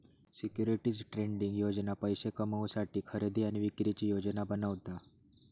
securities trading योजना पैशे कमवुसाठी खरेदी आणि विक्रीची योजना बनवता